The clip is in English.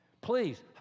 Please